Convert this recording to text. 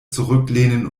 zurücklehnen